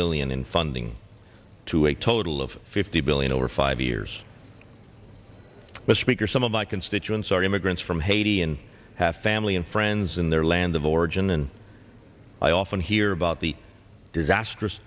billion in funding to a total of fifty billion over five years but speaker some of my constituents are immigrants from haiti and have family and friends in their land of origin and i often hear about the disastrous